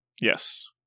Yes